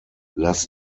less